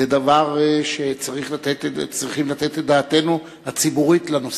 זה דבר שצריכים לתת את דעתנו הציבורית עליו.